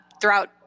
throughout